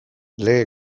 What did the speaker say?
lege